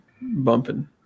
bumping